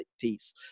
piece